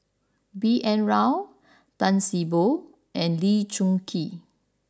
B N Rao Tan See Boo and Lee Choon Kee